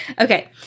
Okay